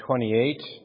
28